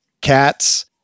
cats